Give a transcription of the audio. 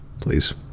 please